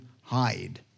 hide